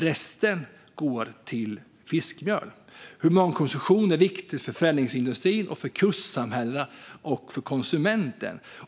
Resten går till fiskmjöl. Humankonsumtionen är viktig för förädlingsindustrin, för kustsamhällena och för konsumenten.